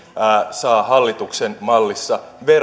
saa hallituksen mallissa